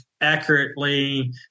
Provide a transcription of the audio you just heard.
accurately